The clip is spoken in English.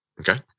Okay